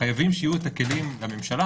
חייבים שיהיו הכלים לממשלה